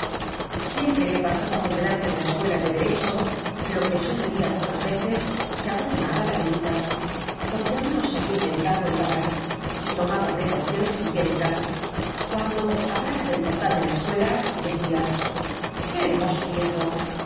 siempre que pasaba por delante de la escuela de derecho lo que sucedia pocas veces se abotonaba la levita porque aun no se habia inventado el gaban y tomaba precauciones higiénicas cuando hablaba del portal de la escuela decia qué hermoso viejo